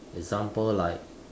example like